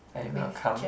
are you gonna come